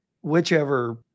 whichever